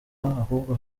ahubwo